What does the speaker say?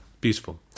Beautiful